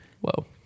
Whoa